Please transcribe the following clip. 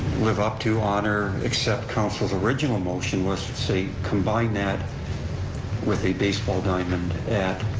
live up to, honor, accept council's original motion, let's say combine that with a baseball diamond at